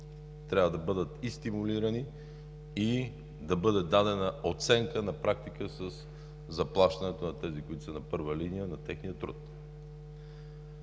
Трябва да бъдат и стимулирани, и да бъде дадена оценка на практика със заплащането на тези, които са на първа линия, на техния труд.